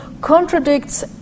contradicts